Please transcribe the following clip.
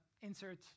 insert